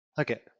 okay